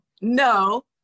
no